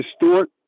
distort